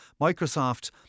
Microsoft